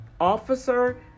officer